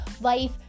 life